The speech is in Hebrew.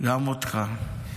גם אותך.